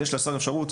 אז יש לשר אפשרות